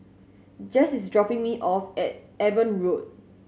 Jess is dropping me off at Eben Road